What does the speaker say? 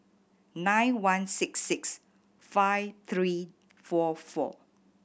nine one six six five three four four